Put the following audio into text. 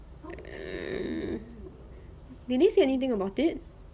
mm did they say anything about it